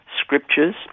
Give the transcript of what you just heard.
scriptures